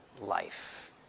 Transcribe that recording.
life